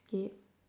skip